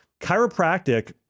chiropractic